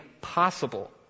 possible